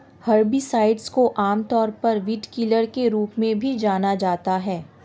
herbicides को आमतौर पर वीडकिलर के रूप में भी जाना जाता है